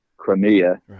Crimea